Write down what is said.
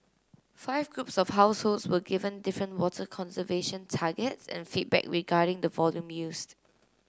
five groups of households were given different water conservation targets and feedback regarding the volume used